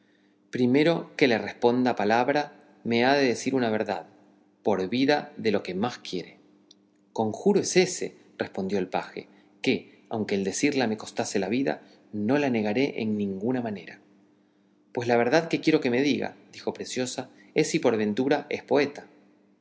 primero que le responda palabra me ha de decir una verdad por vida de lo que más quiere conjuro es ése respondió el paje que aunque el decirla me costase la vida no la negaré en ninguna manera pues la verdad que quiero que me diga dijo preciosa es si por ventura es poeta